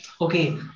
okay